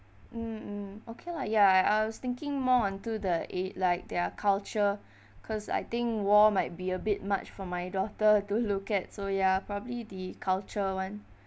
mm mm okay lah ya I I was thinking more onto the a~ like their culture cause I think war might be a bit much for my daughter to look at so ya probably the culture [one]